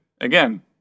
Again